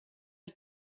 are